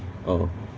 orh